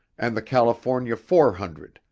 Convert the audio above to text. and the california four hundred,